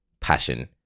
passion